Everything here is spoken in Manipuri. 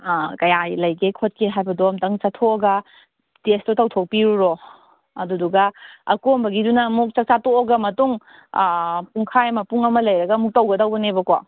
ꯑꯥ ꯀꯌꯥ ꯂꯩꯒꯦ ꯈꯣꯠꯀꯦ ꯍꯥꯏꯕꯗꯣ ꯑꯝꯇꯪ ꯆꯠꯊꯣꯛꯑꯒ ꯇꯦꯁꯇꯣ ꯇꯧꯊꯣꯛꯄꯤꯔꯨꯔꯣ ꯑꯗꯨꯗꯨꯒ ꯑꯀꯣꯟꯕꯒꯤꯗꯨꯅ ꯑꯃꯨꯛ ꯆꯥꯛꯆꯥ ꯇꯣꯛꯑꯒ ꯃꯇꯨꯡ ꯄꯨꯡꯈꯥꯏ ꯑꯃ ꯄꯨꯡ ꯑꯃ ꯂꯩꯔꯒ ꯑꯃꯨꯛ ꯇꯧꯒꯗꯧꯕꯅꯦꯕꯀꯣ